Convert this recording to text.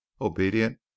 obedient